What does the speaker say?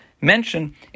mention